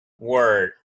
Word